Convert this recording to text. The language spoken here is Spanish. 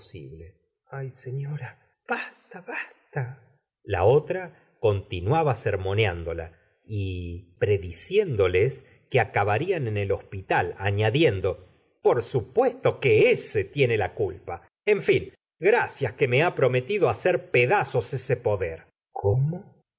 eh señora basta basta la otra continuaba sermoneándola y predic ses querían en el hospital añadi endo por supuesto que ese tiene la culpa en fin gracias que me ha prometi do hacer pedazos ese poder cómo